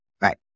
Right